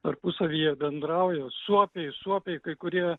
tarpusavyje bendrauja suopiai suopiai kai kurie